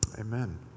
Amen